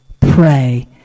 pray